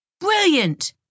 Brilliant